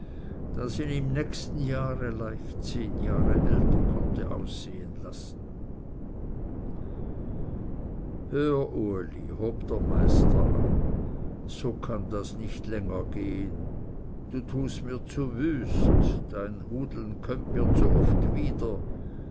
das ihn im nächsten jahre leicht zehn jahre älter konnte aussehen lassen hör uli hob der meister an so kann das nicht länger gehen du tust mir zu wüst dein hudeln kömmt mir zu oft wieder